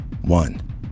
One